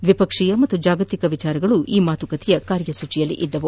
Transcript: ದ್ವಿಪಕ್ಷೀಯ ಮತ್ತು ಜಾಗತಿಕ ವಿಷಯಗಳು ಈ ಮಾತುಕತೆಯ ಕಾರ್ಯಸೂಚಿಯಲ್ಲಿದ್ದವು